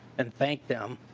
and thank them